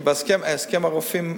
כי הסכם הרופאים,